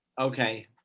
okay